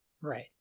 Right